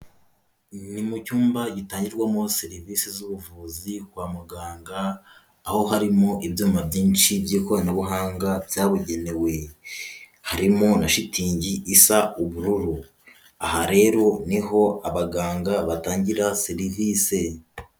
Ni mu cyumba gitangirwamo serivisi z'ubuvuzi kwa muganga, aho harimo ibyuma byinshi by'ikoranabuhanga, byabugenewe. Harimo na shitingi isa ubururu. Aha rero ni ho abaganga, batangira serivise.